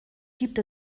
gibt